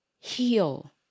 heal